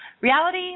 reality